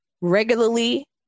regularly